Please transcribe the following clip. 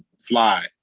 fly